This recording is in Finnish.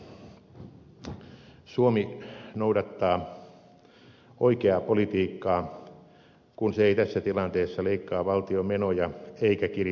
suomi noudattaa oikeaa politiikkaa kun se ei tässä tilanteessa leikkaa valtion menoja eikä kiristä veroja